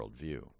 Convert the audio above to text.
worldview